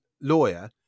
lawyer